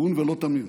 הגון ולא תמים,